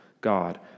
God